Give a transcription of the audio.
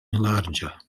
larĝa